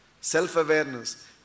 Self-awareness